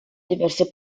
diverse